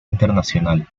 internacional